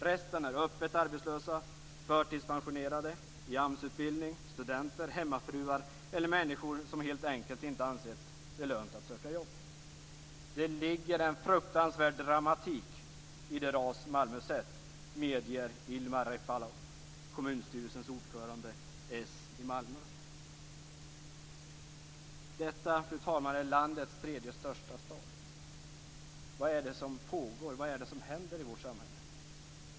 Resten är öppet arbetslösa, förtidspensionerade, i AMS-utbildning, studenter, hemmafruar eller människor som helt enkelt inte ansett det lönt att söka jobb. Det ligger en fruktansvärd dramatik i det ras Malmö sett medger Ilmar Detta, fru talman, är landets tredje största stad. Vad är det som pågår? Vad är det som händer i vårt samhälle?